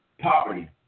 poverty